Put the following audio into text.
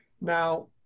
now